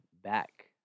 back